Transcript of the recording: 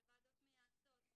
בוועדות מייעצות,